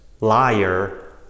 liar